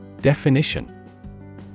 Definition